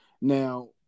Now